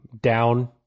down